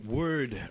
word